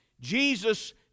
Jesus